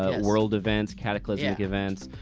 ah world events, cataclysmic events.